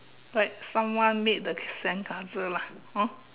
like someone made the c~ sandcastle lah hor